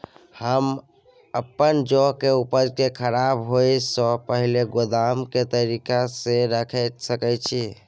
हम अपन जौ के उपज के खराब होय सो पहिले गोदाम में के तरीका से रैख सके छी?